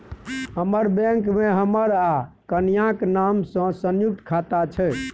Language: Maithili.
हमर बैंक मे हमर आ कनियाक नाम सँ संयुक्त खाता छै